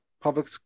public